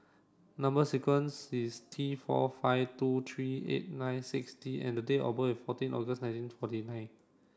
number sequence is T four five two three eight nine six D and date of birth is fourteen August nineteen forty nine